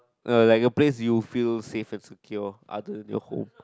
no like a place you feel safe and secure other than your home